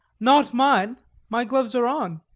not mine my gloves are on.